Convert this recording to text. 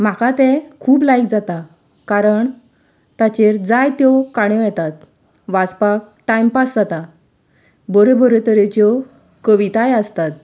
म्हाका तें खूब लायक जाता कारण ताचेर जायत्यो काणयो येतात वाचपाक टायम पास जाता बऱ्यो बऱ्यो तरेच्यो कविताय आसतात